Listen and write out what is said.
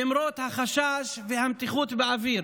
למרות החשש והמתיחות באוויר.